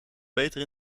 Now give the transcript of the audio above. beter